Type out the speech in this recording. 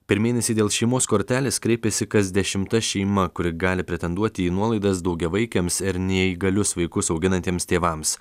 per mėnesį dėl šeimos kortelės kreipėsi kas dešimta šeima kuri gali pretenduoti į nuolaidas daugiavaikėms ir neįgalius vaikus auginantiems tėvams